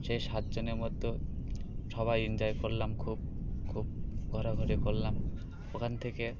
সেই সাতজনের মধ্যে সবাই এনজয় করলাম খুব খুব ঘোরাঘুরি করলাম ওখান থেকে